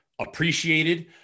appreciated